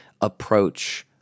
approach